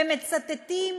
ומצטטים